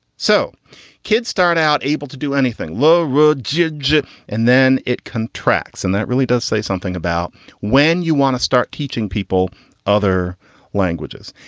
so kids start out. able to do anything. low road. jeje. and then it contracts. and that really does say something about when you want to start teaching people other languages.